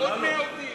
אפללו,